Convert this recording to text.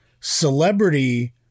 celebrity